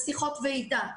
בשיחות ועידה,